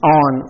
on